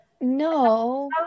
No